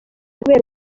kubera